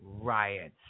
riots